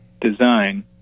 design